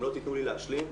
אם לא תתנו להשלים,